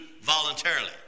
voluntarily